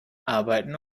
arbeiten